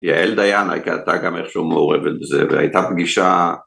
יעל דיין הייתה גם איכשהו מעורבת בזה והייתה פגישה